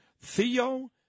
Theo